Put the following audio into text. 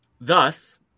Thus